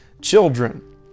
children